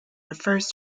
refers